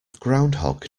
groundhog